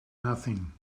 nothing